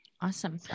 Awesome